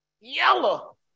Yellow